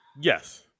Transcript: Yes